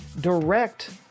direct